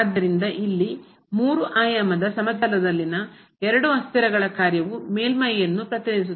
ಆದ್ದರಿಂದ ಇಲ್ಲಿ 3 ಆಯಾಮದ ಸಮತಲದಲ್ಲಿನ ಎರಡು ಅಸ್ಥಿರಗಳ ಕಾರ್ಯವು ಮೇಲ್ಮೈಯನ್ನು ಪ್ರತಿನಿಧಿಸುತ್ತದೆ